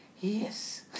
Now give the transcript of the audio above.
yes